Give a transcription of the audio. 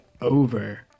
over